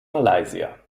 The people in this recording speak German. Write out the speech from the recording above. malaysia